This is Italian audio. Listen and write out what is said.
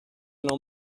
non